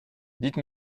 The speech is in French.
dites